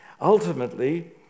Ultimately